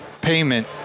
payment